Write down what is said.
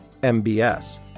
MBS